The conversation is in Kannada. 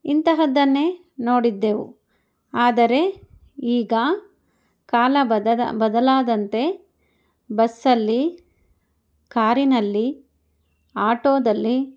ಇಂತಹದ್ದನ್ನೆ ನೋಡಿದ್ದೆವು ಆದರೆ ಈಗ ಕಾಲ ಬದಲಾದಂತೆ ಬಸ್ಸಲ್ಲಿ ಕಾರಿನಲ್ಲಿ ಆಟೋದಲ್ಲಿ